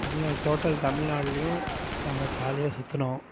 Tamil Nadu total தமிழ்நாடுலையும் நாங்கள் ஜாலியாக சுற்றுனோம்